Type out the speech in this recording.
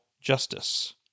Justice